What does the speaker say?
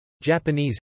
Japanese